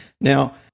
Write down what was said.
Now